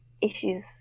issues